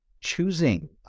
choosing